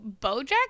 Bojack